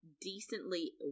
decently